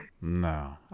No